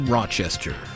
Rochester